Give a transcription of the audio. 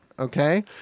Okay